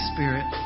Spirit